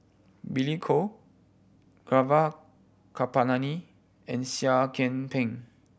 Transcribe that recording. Billy Koh Gaurav Kripalani and Seah Kian Peng